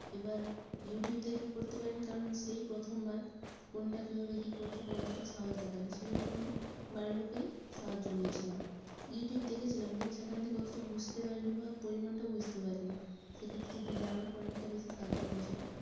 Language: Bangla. এবার ইউটিউব দেখে করতে পারিনি কারণ সেই প্রথম বার কোনটা কীভাবে কী করতে হবে অতটা সাহস দেখাইনি সেজন্যে আমি বাড়ির লোকেরই সাহায্য নিয়েছিলাম ইউটিউব দেখেছিলাম কিন্তু সেখান থেকে অতটা বুঝতে পারিনি বা পরিমাণটাও বুঝতে পারিনি সেক্ষেত্রে দিদা আমাকে অনেকটা বেশি সাহায্য করেছিল